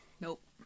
Nope